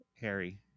harry